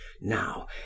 now